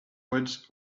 words